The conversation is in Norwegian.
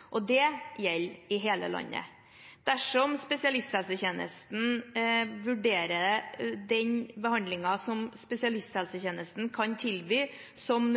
og oppfølgingstilbudet han eller hun har behov for. Det gjelder i hele landet. Dersom spesialisthelsetjenesten vurderer den behandlingen som spesialisthelsetjenesten kan tilby, som